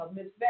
Miss